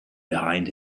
behind